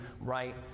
right